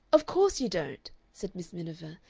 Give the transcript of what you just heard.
of course you don't, said miss miniver,